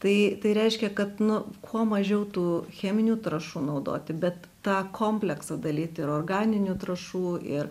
tai tai reiškia kad nu kuo mažiau tų cheminių trąšų naudoti bet tą kompleksą dalyt ir organinių trąšų ir